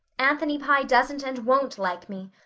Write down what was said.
anthony pye doesn't and won't like me.